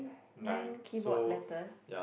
nine keyboard letters